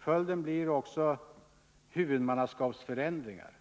Följden blir också huvudmannaskapsförändringar,